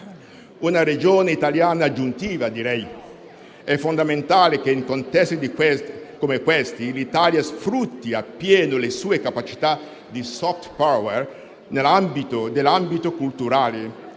una Regione italiana aggiuntiva. È fondamentale che in contesti come questi l'Italia sfrutti appieno le sue capacità di *soft power* nell'ambito culturale